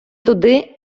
туди